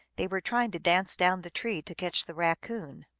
they were trying to dance down the tree to catch the raccoon.